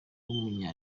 w’umunya